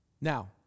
Now